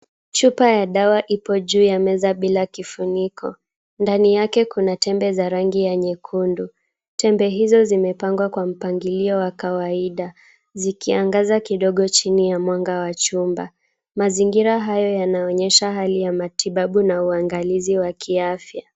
Chupa ya dawa ipo juu ya meza bila kifuniko. Ndani yake kuna tembe za rangi nyekundu. Tembe hizo zimepangwa kwa mpangilio wa kawaida zikiangaza kidogo chini ya mwanga wa chumba. Mazingira hayo yanaonyesha hali ya matibabu na uangalizi wa afya.